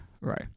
right